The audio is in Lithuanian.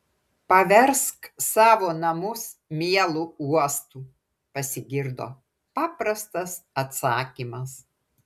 paversk savo namus mielu uostu pasigirdo paprastas atsakymas